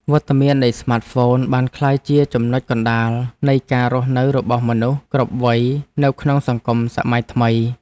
វត្តមាននៃស្មាតហ្វូនបានក្លាយជាចំណុចកណ្តាលនៃការរស់នៅរបស់មនុស្សគ្រប់វ័យនៅក្នុងសង្គមសម័យថ្មី។